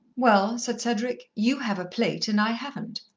well, said cedric. you have a plate, and i haven't.